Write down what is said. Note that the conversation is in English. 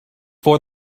for